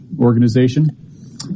organization